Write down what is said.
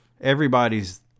Everybody's